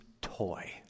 toy